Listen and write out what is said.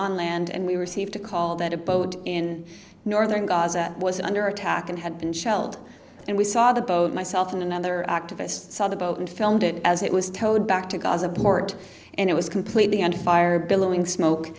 on land and we received a call that a boat in northern gaza was under attack and had been shelled and we saw the boat myself and another activist saw the boat and filmed it as it was towed back to gaza port and it was completely under fire billowing smoke